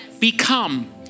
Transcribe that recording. Become